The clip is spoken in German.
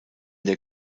der